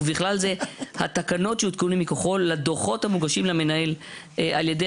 ובכלל זה התקנות שהותקנו מכוחו לדוחות המוגשים למנהל על ידי